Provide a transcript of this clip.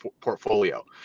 portfolio